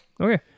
Okay